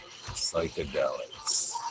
psychedelics